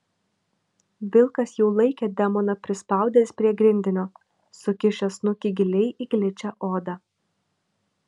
vilkas jau laikė demoną prispaudęs prie grindinio sukišęs snukį giliai į gličią odą